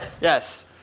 Yes